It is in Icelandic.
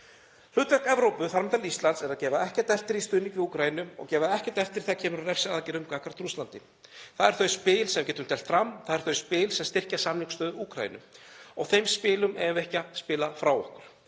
Hlutverk Evrópu, þar á meðal Íslands, er að gefa ekkert eftir í stuðningi við Úkraínu og gefa ekkert eftir þegar kemur að refsiaðgerðum gagnvart Rússlandi. Það eru þau spil sem við getum teflt fram. Það eru þau spil sem styrkja samningsstöðu Úkraínu og þeim spilum eigum við ekki að spila frá okkur,